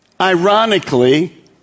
ironically